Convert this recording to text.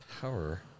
power